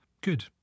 Good